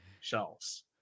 shelves